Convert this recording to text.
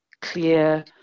clear